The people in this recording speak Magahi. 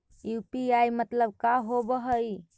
यु.पी.आई मतलब का होब हइ?